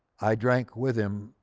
i drank with him,